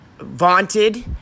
vaunted